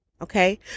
Okay